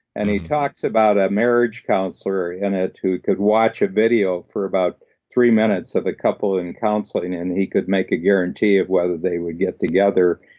and he talks about a a marriage counselor in it who could watch a video for about three minutes of a couple in counseling, and he could make a guarantee of whether they would get together.